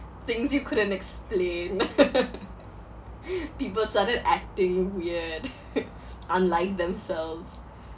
things you couldn't explain people started acting weird unlike themselves